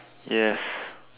yes